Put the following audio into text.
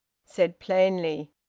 said plainly,